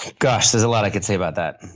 gosh, there's a lot i could say about that.